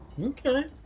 Okay